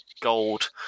gold